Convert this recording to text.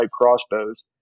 crossbows